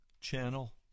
channel